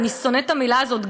אני שונאת את המילה הזאת,